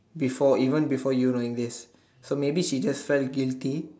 before even before you not enlist so maybe she just felt guilty